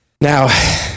Now-